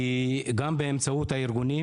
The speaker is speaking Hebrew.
עכשיו במקרים חריגים, באמצעות הארגונים,